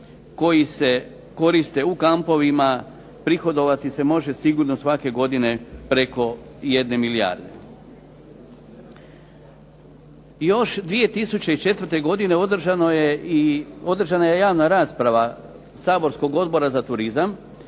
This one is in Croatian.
koji se koriste u kampovima, prihodovati se može sigurno svake godine preko jedne milijarde. Još 2004. godine održana je rasprava saborskog Odbora za turizam